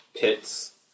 pits